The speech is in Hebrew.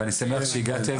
שישנו.